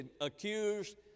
accused